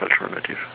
alternative